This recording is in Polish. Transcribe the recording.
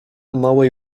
małej